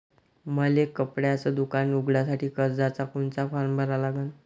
मले कपड्याच दुकान उघडासाठी कर्जाचा कोनचा फारम भरा लागन?